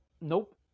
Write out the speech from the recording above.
Nope